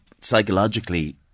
psychologically